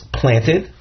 planted